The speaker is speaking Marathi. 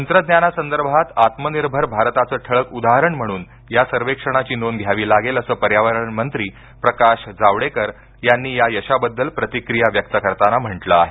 तंत्रज्ञानासंदर्भात आत्मनिर्भर भारताचं ठळक उदाहरण म्हणून या सर्वेक्षणाची नोंद घ्यावी लागेल असं पर्यावरण मंत्री प्रकाश जावडेकर यांनी या यशाबद्दल प्रतिक्रीया व्यक्त करताना म्हटलं आहे